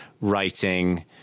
writing